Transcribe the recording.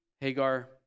Hagar